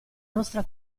nostra